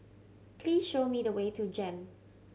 please show me the way to JEM